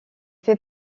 fait